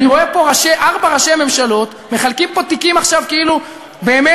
אני רואה פה ארבעה ראשי ממשלות מחלקים פה תיקים עכשיו כאילו באמת,